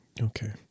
Okay